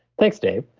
thanks, dave.